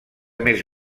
més